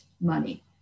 money